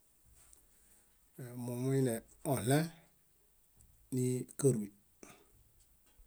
Momuine oɭẽ nii káruy.